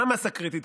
מה מאסה קריטית?